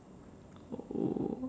oh